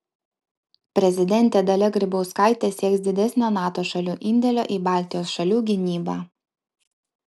prezidentė dalia grybauskaitė sieks didesnio nato šalių indėlio į baltijos šalių gynybą